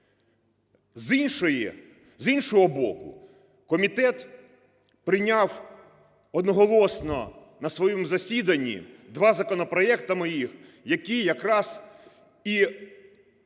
З іншого боку, комітет прийняв одноголосно на своєму засіданні два законопроекти моїх, які якраз і